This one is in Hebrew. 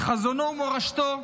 את חזונו ומורשתו,